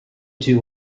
two